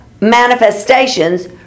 manifestations